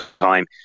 time